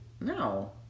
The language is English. No